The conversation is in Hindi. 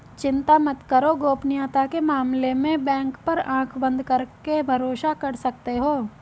चिंता मत करो, गोपनीयता के मामले में बैंक पर आँख बंद करके भरोसा कर सकते हो